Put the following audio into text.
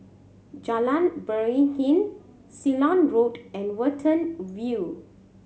Jalan Beringin Ceylon Road and Watten View